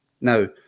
Now